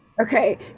Okay